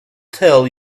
tell